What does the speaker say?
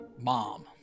mom